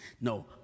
No